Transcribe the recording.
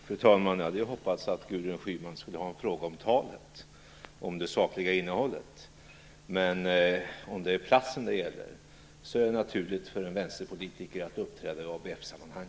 Fru talman! Jag hade hoppats att Gudrun Schyman skulle ställa en fråga om det sakliga innehållet i talet. Men om det är platsen det gäller vill jag säga att det är naturligt för en vänsterpolitiker att uppträda i ABF sammanhang.